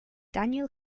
daniel